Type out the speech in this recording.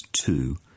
two